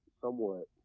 somewhat